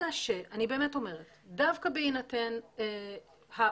אלא שאני באמת אומרת שדווקא בהינתן האופציה